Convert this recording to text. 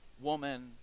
woman